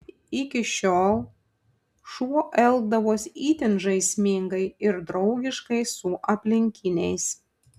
iki šiol šuo elgdavosi itin žaismingai ir draugiškai su aplinkiniais